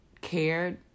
cared